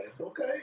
Okay